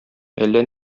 әллә